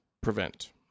prevent